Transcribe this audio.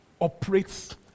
operates